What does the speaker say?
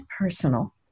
personal